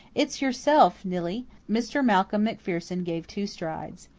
it's yourself, nillie! mr. malcolm macpherson gave two strides.